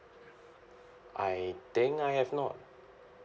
I think I have not